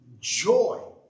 joy